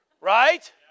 Right